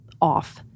off